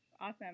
Awesome